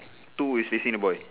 two is facing the boy